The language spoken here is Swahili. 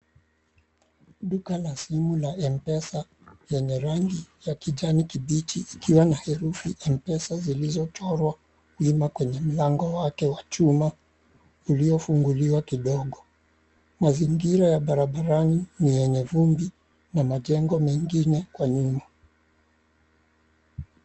Duka la simu la Mpesa yenye rangi ya kijani kibichi ikiwa na herufi mpesa zilizochorwa mlima kwenye mlango wake wa chuma uliofunguliwa kidogo, Mazingira ya barabarani ni yenye vumbi na majengo mengine kwa nyuma.